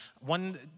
One